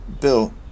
Bill